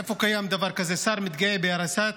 איפה קיים דבר כזה, שר מתגאה בהריסת